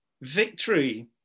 victory